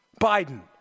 Biden